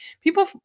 people